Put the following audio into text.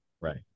Right